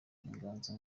inganzo